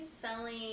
selling